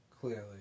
Clearly